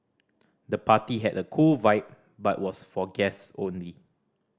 the party had a cool vibe but was for guest only